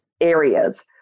areas